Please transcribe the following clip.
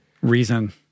reason